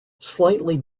slightly